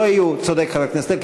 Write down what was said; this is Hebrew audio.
צודק חבר הכנסת אלקין,